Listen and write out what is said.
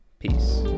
Peace